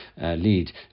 lead